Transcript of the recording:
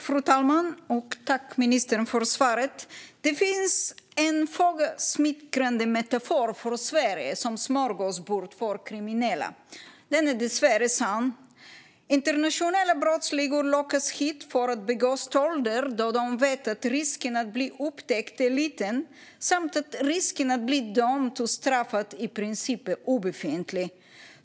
Fru talman! Tack, ministern, för svaret! Det finns en föga smickrande metafor för Sverige som smörgåsbord för kriminella. Den är dessvärre sann. Internationella brottsligor lockas hit för att begå stölder då de vet att risken att bli upptäckt är liten samt att risken att bli dömd och straffad i princip är obefintlig.